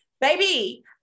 Baby